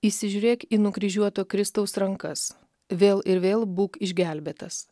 įsižiūrėk į nukryžiuoto kristaus rankas vėl ir vėl būk išgelbėtas